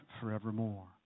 forevermore